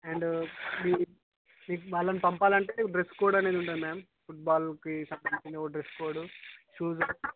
and మీ మీకు వాళ్ళను పంపాలంటే డ్రెస్ కోడ్ అనేది ఉంటుంది మ్యామ్ ఫుట్ బాల్ కి సంబంధించిన ఒక డ్రెస్ కోడ్ షూస్